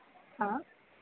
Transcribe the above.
हाँ